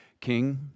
king